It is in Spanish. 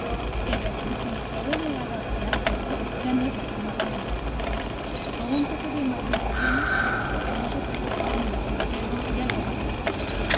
pero y sin que haya llegado a criar pelo ya no es la misma rana de antes con un poco de imaginación nos la podríamos representar menos ingenua y algo más